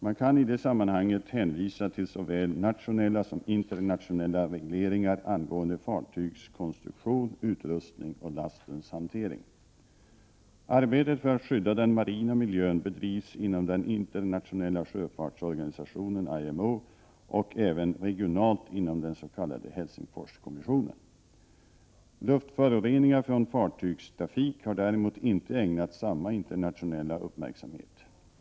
Man kan i det sammanhanget hänvisa till såväl nationella som internationella regleringar angående fartygs konstruktion, utrustning och lastens hantering. Arbetet för att skydda den marina miljön bedrivs inom den internationella sjöfartsorganisationen IMO och även regionalt inom den s.k. Helsingforskommissionen. Luftföroreningar från fartygstrafik har däremot inte ägnats samma internationella uppmärksamhet.